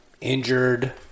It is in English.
injured